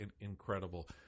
incredible